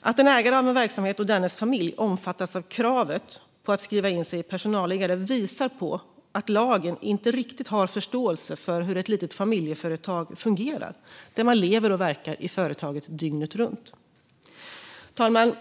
att en ägare av en verksamhet och dennes familj omfattas av kravet på att skriva in sig i personalliggare visar på att lagen inte riktigt har förståelse för hur ett litet familjeföretag fungerar, där man lever och verkar i företaget dygnet runt. Herr talman!